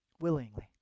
Willingly